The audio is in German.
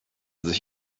sich